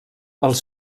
els